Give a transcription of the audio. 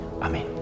Amen